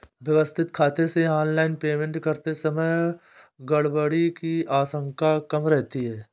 व्यवस्थित खाते से ऑनलाइन पेमेंट करते समय गड़बड़ी की आशंका कम रहती है